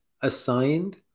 assigned